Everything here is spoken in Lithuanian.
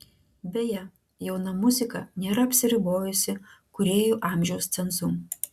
beje jauna muzika nėra apsiribojusi kūrėjų amžiaus cenzu